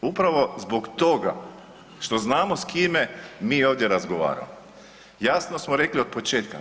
Upravo zbog toga što znamo s kime mi ovdje razgovaramo jasno smo rekli od početka.